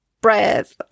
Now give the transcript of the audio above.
breath